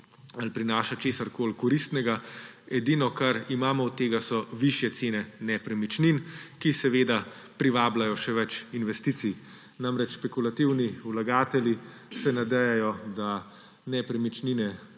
ali prinaša česarkoli koristnega. Edino, kar imamo od tega, so višje cene nepremičnin, ki seveda privabljajo še več investicij. Špekulativni vlagatelji se nadejajo, da se rast cen